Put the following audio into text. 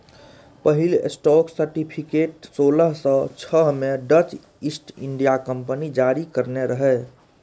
पहिल stock certificate सोलह सय छह मे डच ईस्ट इंडिया कंपनी जारी करने रहै